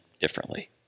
differently